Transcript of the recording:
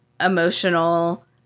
emotional